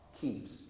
keeps